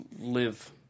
live